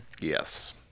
Yes